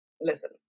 listen